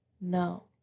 No